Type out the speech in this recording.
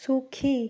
সুখী